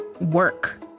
Work